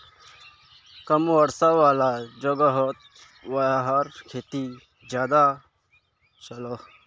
कम वर्षा वाला जोगोहोत याहार खेती ज्यादा चलोहो